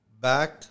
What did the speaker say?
back